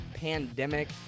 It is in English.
pandemic